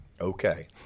Okay